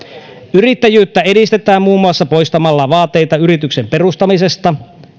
yrittäjyyttä edistetään muun muassa poistamalla vaateita yrityksen perustamisesta